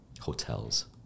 hotels